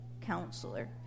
counselor